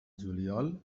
juliol